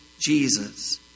Jesus